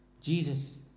Jesus